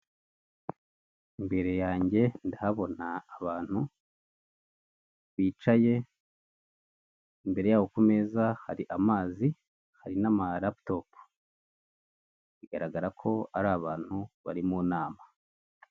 Imbere yanjye ndahabona abantu, bicaye, imbere yabo ku meza hari amazi, hari n'amaraputopu, bigaragara ko ari abantu bari mu nama.